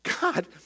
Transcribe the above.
God